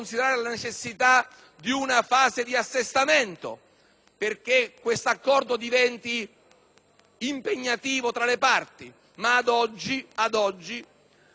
impegnativo per le parti; ma ad oggi la politica del Governo che ha scelto questa collaborazione per